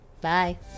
bye